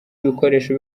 ibikoresho